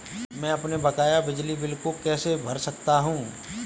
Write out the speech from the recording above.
मैं अपने बकाया बिजली बिल को कैसे भर सकता हूँ?